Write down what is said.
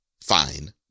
Fine